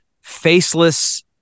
faceless